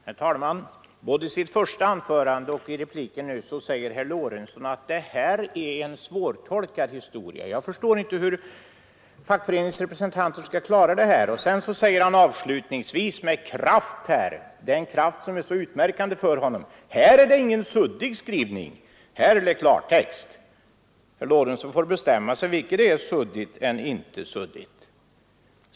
Herr talman! Både i sitt första anförande och i sin replik säger herr Lorentzon att de föreslagna reglerna är svårtolkade och att han inte förstår hur fackföreningsrepresentanter skall kunna klara en tolkning. Sedan säger han avslutningsvis med kraft — den kraft som är utmärkande för honom — att det här inte är någon suddig skrivning utan klartext. Herr Lorentzon får väl bestämma sig för vilket det är: suddigt eller inte suddigt.